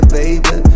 baby